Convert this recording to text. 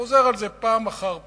חוזר על זה פעם אחר פעם.